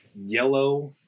yellow